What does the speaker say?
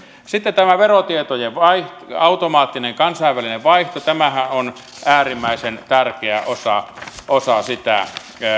sitten tämä verotietojen automaattinen kansainvälinen vaihto tämähän on äärimmäisen tärkeä osa osa sitä